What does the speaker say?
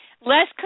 less